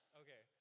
okay